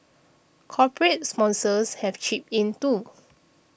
corporate sponsors have chipped in too